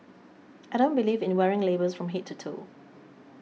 I don't believe in wearing labels from head to toe